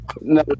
No